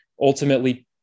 ultimately